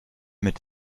mit